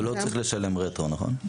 הוא לא צריך לשלם רטרו, נכון?